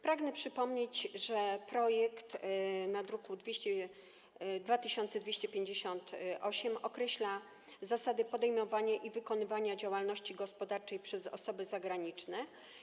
Pragnę przypomnieć, że ustawa z druku nr 2258 określa zasady podejmowania i wykonywania działalności gospodarczej przez osoby zagraniczne.